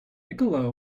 nikola